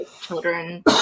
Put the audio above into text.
children